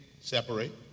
Separate